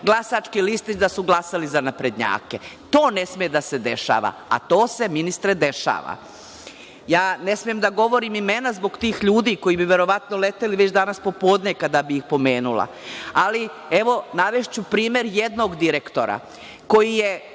glasački listić da su glasali za naprednjake. To ne sme da se dešava, a to se ministre dešava. Ne smem da govorim imena zbog tih ljudi, koji bi već leteli danas popodne kada bi pomenula. Ali, navešću primer jednog direktora koji je